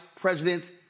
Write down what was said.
president's